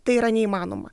tai yra neįmanoma